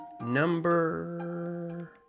Number